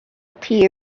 tea